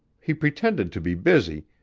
he pretended to be busy,